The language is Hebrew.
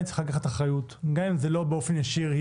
צריכה לקחת אחריות גם אם היא לא עשתה את זה באופן ישיר.